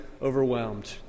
overwhelmed